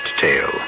tale